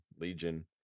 Legion